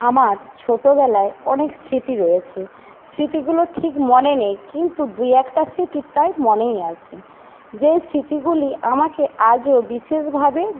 আমার ছোটবেলায় অনেক স্মৃতি রয়েছে স্মৃতিগুলো ঠিক মনে নেই কিন্তু দুই একটা স্মৃতি প্রায় মনেই আছে যেই স্মৃতিগুলি আমাকে আজও বিশেষভাবে